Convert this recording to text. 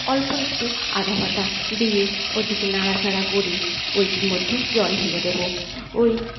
অল্প একটু আদাবাটা দিয়ে ওটিকে নাড়া চাড়া করে ওইটির মধ্যে জল ঢেলে দেব ওই